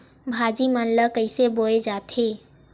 भाजी मन ला कइसे बोए जाथे?